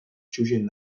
xuxen